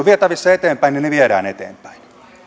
vietävissä eteenpäin niin ne viedään eteenpäin